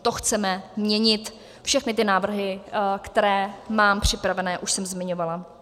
To chceme měnit, všechny ty návrhy, které mám připravené, už jsem zmiňovala.